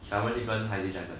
sabo heidi